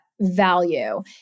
value